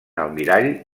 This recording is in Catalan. almirall